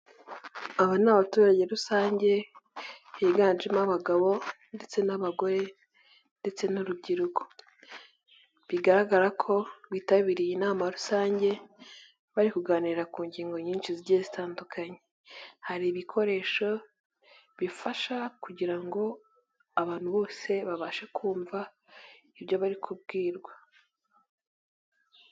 Aba ni abaturage rusange, higanjemo abagabo ndetse n'abagore ndetse n'urubyiruko bigaragara ko rwitabiriye inamama rusange, bari kuganira ku ngingo nyinshi zigiye zitandukanye, hari ibikoresho bifasha kugira ngo abantu bose babashe kumva ibyo bari kubwirwa.